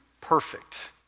perfect